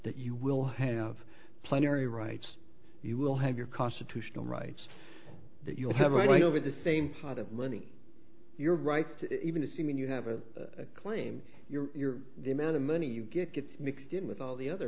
that you will have plenty rights you will have your constitutional rights that you'll have i think over the same pot of money you're right even assuming you have a claim you're the amount of money you get get mixed in with all the other